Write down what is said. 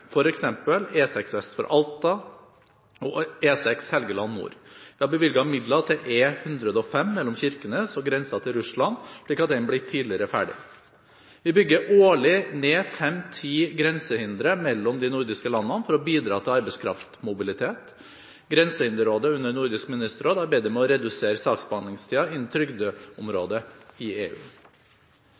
vest for Alta og E6 Helgeland nord. Vi har bevilget midler til E105 mellom Kirkenes og grensen til Russland slik at den blir tidligere ferdig. Vi bygger årlig ned fem–ti grensehindre mellom de nordiske landene for å bidra til arbeidskraftmobilitet. Grensehinderrådet under Nordisk ministerråd arbeider med å redusere saksbehandlingstiden innen trygdeområdet i EU.